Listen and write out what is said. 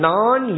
Non